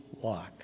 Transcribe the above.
walk